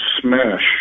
smash